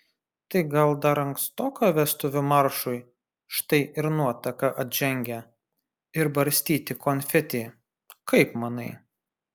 tai gal dar ankstoka vestuvių maršui štai ir nuotaka atžengia ir barstyti konfeti kaip manai